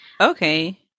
Okay